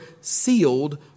sealed